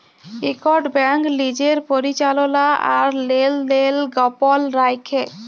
ইকট ব্যাংক লিজের পরিচাললা আর লেলদেল গপল রাইখে